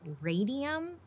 radium